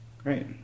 Great